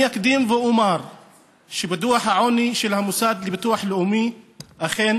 אני אקדים ואומר שבדוח העוני של המוסד לביטוח לאומי אכן